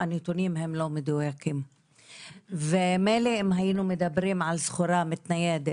הנתונים הם לא מדויקים ומילא אם היינו מדברים על סחורה מתניידת,